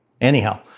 Anyhow